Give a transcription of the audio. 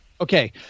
Okay